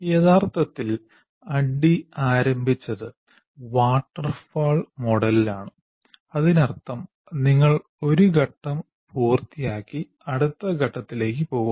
യഥാർത്ഥത്തിൽ ADDIE ആരംഭിച്ചത് waterfall മോഡലിലാണ് അതിനർത്ഥം നിങ്ങൾ ഒരു ഘട്ടം പൂർത്തിയാക്കി അടുത്ത ഘട്ടത്തിലേക്ക് പോകുന്നു